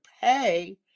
pay